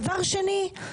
דבר שני.